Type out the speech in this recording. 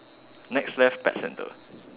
next left pet center